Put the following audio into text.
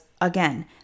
again